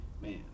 man